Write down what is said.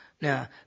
Now